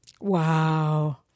Wow